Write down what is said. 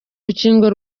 rukingo